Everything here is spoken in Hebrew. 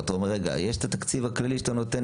אתה אומר: יש את התקציב הכללי שאתה נותן,